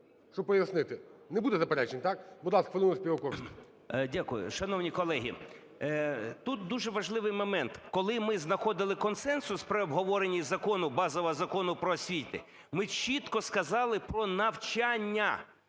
щоб пояснити? Не буде заперечень, так? Будь ласка, хвилину, Співаковський. 16:19:24 СПІВАКОВСЬКИЙ О.В. Дякую. Шановні колеги, тут дуже важливий момент, коли ми знаходили консенсус при обговоренні закону, базового Закону "Про освіту", ми чітко сказали про навчання